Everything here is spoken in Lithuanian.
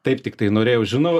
taip tiktai norėjau žinau